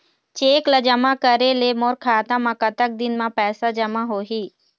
Cheque ला जमा करे ले मोर खाता मा कतक दिन मा पैसा जमा होही?